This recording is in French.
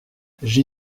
j’y